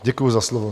Děkuji za slovo.